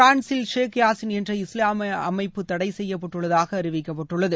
பிரான்சில் Sheikh Yassin என்ற இஸ்லாமிய அமைப்பு தடை செய்யப்பட்டுள்ளதாக அறிவிக்கப்பட்டுள்ளது